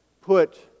put